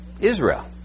Israel